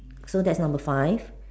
so that's number five